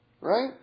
right